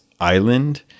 Island